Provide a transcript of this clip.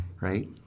right